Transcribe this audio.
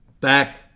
back